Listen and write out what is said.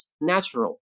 natural